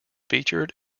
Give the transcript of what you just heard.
featured